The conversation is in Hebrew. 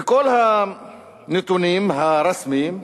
וכל הנתונים הרשמיים,